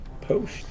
post